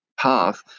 path